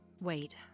Wait